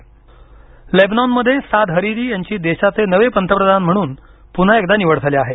Lebanon पंतप्रधान लेबनॉनमध्ये Saad Hariri यांची देशाचे नवे पतप्रधान म्हणून पुन्हा एकदा निवड झाली आहे